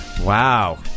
Wow